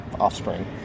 offspring